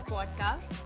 Podcast